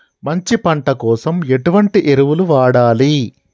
మంచి పంట కోసం ఎటువంటి ఎరువులు వాడాలి?